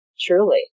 truly